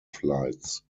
flights